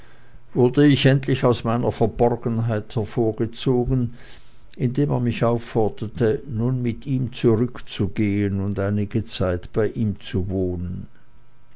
wurde ich endlich aus meiner verborgenheit hervorgezogen indem er mich aufforderte nunmehr mit ihm zurückzugehen und einige zeit bei ihm zu wohnen